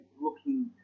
looking